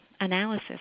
analysis